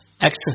Extra